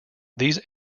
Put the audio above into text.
these